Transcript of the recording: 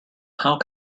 how